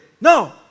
No